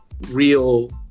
real